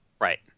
right